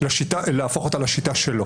להפוך אותה לשיטה שלו?